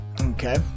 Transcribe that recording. Okay